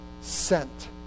sent